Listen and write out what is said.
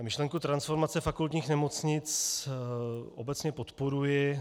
Myšlenku transformace fakultních nemoc obecně podporuji.